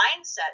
mindset